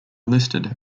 listed